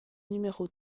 numéro